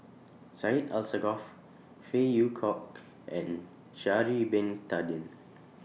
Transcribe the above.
Syed Alsagoff Phey Yew Kok and Sha'Ari Bin Tadin